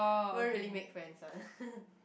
won't really make friends one